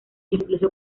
incluso